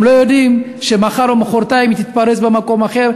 הם לא יודעים שמחר או מחרתיים היא תתפרץ במקום אחר,